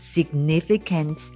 Significant